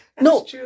No